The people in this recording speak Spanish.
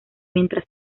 mientras